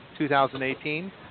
2018